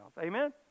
Amen